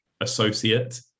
associate